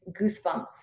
goosebumps